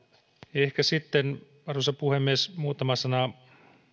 ehkä sitten arvoisa puhemies muutama sana